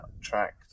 track